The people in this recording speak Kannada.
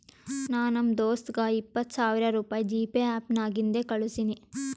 ನಾ ನಮ್ ದೋಸ್ತಗ ಇಪ್ಪತ್ ಸಾವಿರ ರುಪಾಯಿ ಜಿಪೇ ಆ್ಯಪ್ ನಾಗಿಂದೆ ಕಳುಸಿನಿ